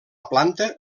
planta